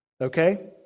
Okay